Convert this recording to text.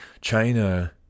China